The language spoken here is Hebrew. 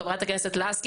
חברת הכנסת לסקי,